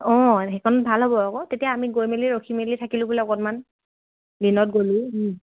অঁ সেইখন ভাল হ'ব আকৌ তেতিয়া আমি গৈ মেলি ৰখি মেলি থাকিলোঁ বুলি অকণমান দিনত গ'লোঁ